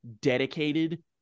dedicated